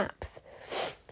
apps